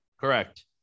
Correct